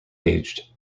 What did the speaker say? aged